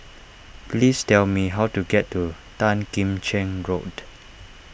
please tell me how to get to Tan Kim Cheng Road